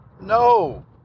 no